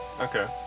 Okay